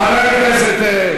חבר הכנסת,